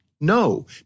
no